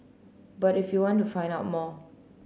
but if you want to find out more